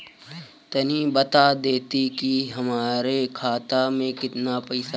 तनि बता देती की हमरे खाता में कितना पैसा बा?